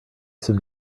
some